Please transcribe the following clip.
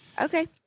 Okay